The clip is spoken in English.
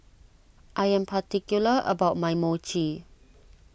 I am particular about my Mochi